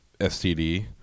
STD